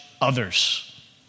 others